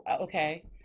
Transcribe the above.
Okay